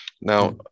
Now